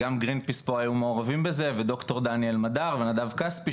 גם גרינפיס פה היו מעורבים בזה וד"ר דני אלמדר ונדב כספי,